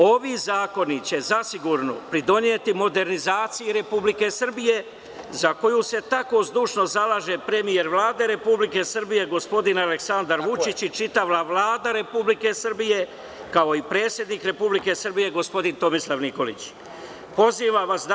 Ovi zakoni će zasigurno pridoneti modernizaciji Republike Srbije za koju se tako zdušno zalaže premijer Vlade Republike Srbije, gospodin Aleksandar Vučić i čitava Vlada Republike Srbije, kao i predsednik Republike Srbije, gospodin Tomislav Nikolić.